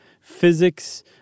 physics